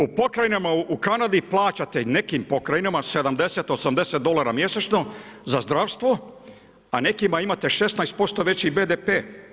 U pokrajini u Kanadi plaćate, nekim pokrajinama, 70, 80 dolara mjesečno, za zdravstvo, a nekima imate 16% veći BDP.